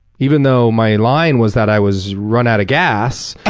even though my line was that i was run out of gas.